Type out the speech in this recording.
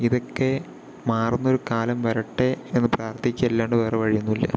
ഇതൊക്കെ മാറുന്ന ഒരു കാലം വരട്ടെ എന്ന് പ്രാർഥിക്കുക അല്ലാണ്ട് വേറെ വഴിയൊന്നും ഇല്ല